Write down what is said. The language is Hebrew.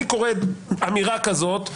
אני קורא אמירה כזאת,